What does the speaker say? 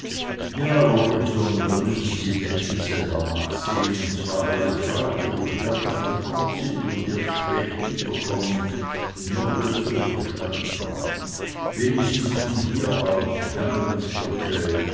ja robinson da müssen sie denk ich selber nachsehen und zwar gleich heute wo die herrschaften fort sind und erst spät wiederkommen noch dazu mit der stadtbahn wenigstens von hier aus jannowitzbrücke